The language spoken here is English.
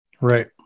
Right